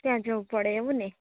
ત્યાં જવું પડે એવું ને